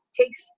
takes